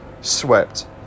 swept